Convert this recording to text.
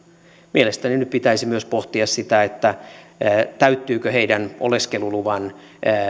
mielestäni nyt pitäisi myös pohtia täyttyvätkö heidän kohdallaan oleskeluluvan